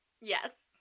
Yes